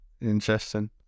Interesting